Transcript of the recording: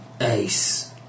Ace